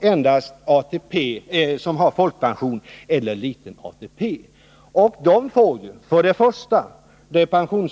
endast har folkpension eller som har folkpension och liten ATP-pension.